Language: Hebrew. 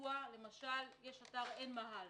וידוע למשל, יש אתר עין מאהל